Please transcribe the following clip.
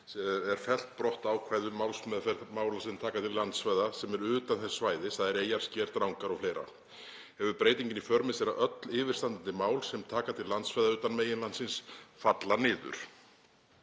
er fellt brott ákvæði um málsmeðferð mála sem taka til landsvæða sem eru utan þess svæðis, þ.e. eyjar, sker, drangar o.fl. Hefur breytingin í för með sér að öll yfirstandandi mál sem taka til landsvæða utan meginlandsins falla niður.